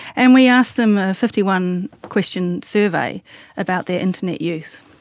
and we asked them a fifty one question survey about their internet use.